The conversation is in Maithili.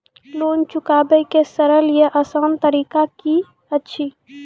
लोन चुकाबै के सरल या आसान तरीका की अछि?